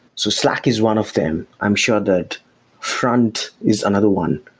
so slack is one of them. i'm sure that front is another one.